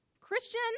Christian